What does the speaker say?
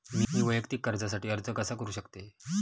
मी वैयक्तिक कर्जासाठी अर्ज कसा करु शकते?